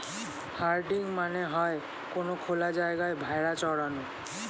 herding মানে হয়ে কোনো খোলা জায়গায় ভেড়া চরানো